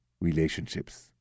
relationships